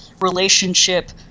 relationship